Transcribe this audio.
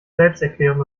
selbsterklärend